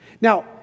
Now